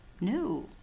No